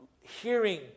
hearing